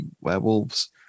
werewolves